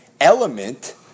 element